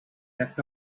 left